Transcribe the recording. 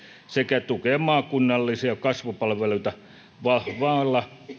sekä tukea maakunnallisia kasvupalveluita vahvalla